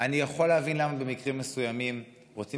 אני יכול להבין למה במקרים מסוימים רוצים